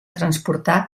transportar